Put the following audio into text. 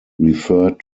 referred